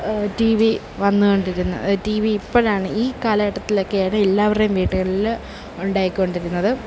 TV വന്നുകൊണ്ടിരുന്ന TV ഇപ്പോഴാണ് ഈ കാലഘട്ടത്തിലൊക്കെയാണ് എല്ലാവരുടെയും വീടുകളിൽ ഉണ്ടായിക്കൊണ്ടിരുന്നത്